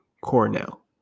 Cornell